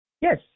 Yes